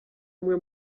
umwe